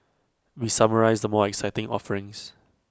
we summarise the more exciting offerings